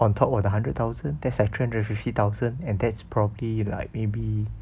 on top of the hundred thousand that's like three hundred and fifty thousand and that's probably like maybe